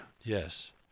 Yes